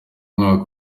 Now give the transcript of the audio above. mwaka